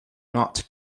not